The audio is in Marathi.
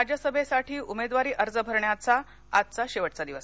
राज्यसभेसाठी उमेदवारी अर्ज भरण्याचा आज शेवटचा दिवस